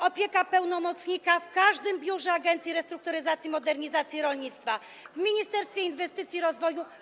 Opieka pełnomocnika w każdym biurze Agencji Restrukturyzacji i Modernizacji Rolnictwa, w Ministerstwie Inwestycji i Rozwoju.